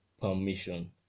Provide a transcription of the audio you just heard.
permission